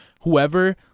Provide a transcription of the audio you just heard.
whoever